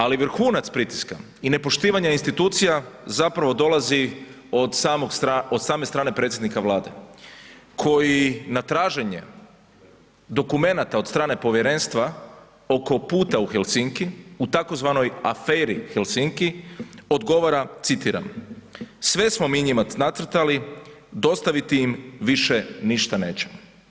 Ali vrhunac pritiska i nepoštivanje institucija zapravo dolazi od same strane predsjednika Vlade koji na traženje dokumenata od strane povjerenstva oko puta u Helsinki u tzv. aferi Helsinki odgovara citiram „sve smo mi njima nacrtali, dostavi im više ništa nećemo“